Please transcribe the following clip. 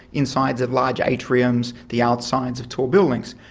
insides of large atriums, the outsides of tall buildings.